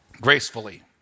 Gracefully